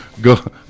go